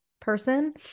person